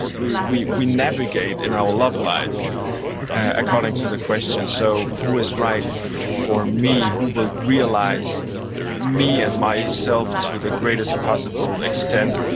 and we we navigate in our love life according to the question, so who is right for me? who will realize me and myself to the greatest possible extent?